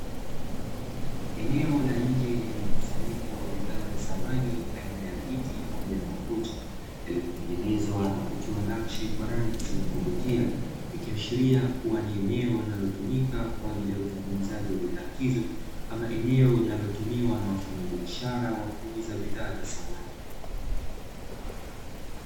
Eneo la nje lenye mkusanyiko wa bidhaa za samani aina ya viti pamoja na makochi, yaliyotengenezwa na kutiwa nakshi kwa rangi zenye kuvutia. Ikiashiria kuwa ni eneo linalotumika kwa ajili ya utengenezaji wa bidhaa hizo, ama eneo linalotumiwa na wafanyabiashara wa kuuza bidhaa za samani.